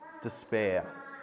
despair